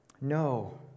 No